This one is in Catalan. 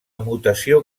mutació